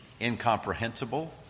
incomprehensible